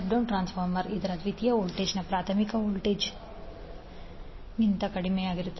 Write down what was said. step down transformer ಇದರ ದ್ವಿತೀಯ ವೋಲ್ಟೇಜ್ಗಳು ಪ್ರಾಥಮಿಕ ವೋಲ್ಟೇಜ್ಗಿಂತ ಕಡಿಮೆಯಿರುತ್ತದೆ